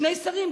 שני שרים,